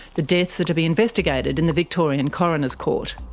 the deaths are to be investigated in the victorian coroners' court.